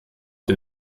den